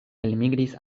elmigris